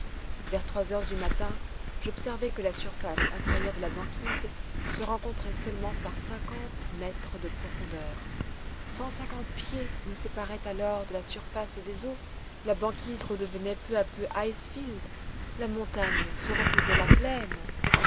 vers trois heures du matin j'observai que la surface inférieure de la banquise se rencontrait seulement par cinquante mètres de profondeur cent cinquante pieds nous séparaient alors de la surface des eaux la banquise redevenait peu à peu ice field la montagne se refaisait la plaine